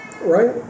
right